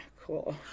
Cool